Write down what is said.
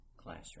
classroom